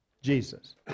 Jesus